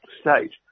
state